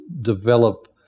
develop